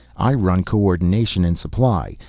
i run co-ordination and supply,